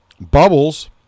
bubbles